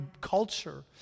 culture